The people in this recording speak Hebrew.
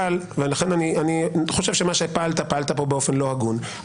לכן אני חושב שפעלת פה באופן לא הגון.